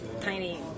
tiny